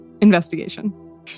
Investigation